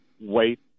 wait